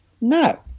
No